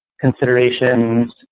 considerations